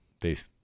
Peace